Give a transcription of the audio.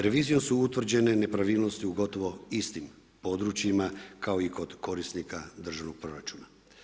Revizijom su utvrđene nepravilnosti u gotovo istim područjima kao i kod korisnika državnog proračuna.